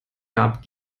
gab